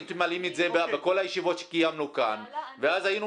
הייתם מעלים את זה בכל הישיבות שקיימנו כאן ואז היינו